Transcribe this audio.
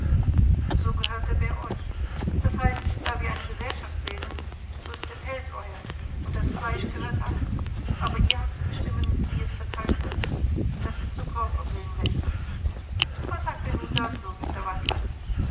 so gehört der bär euch das heißt da wir eine gesellschaft bilden so ist der pelz euer und das fleisch gehört allen aber ihr habt zu bestimmen wie es verteilt wird das ist so brauch im wilden westen was sagt ihr nun dazu